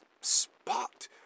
spot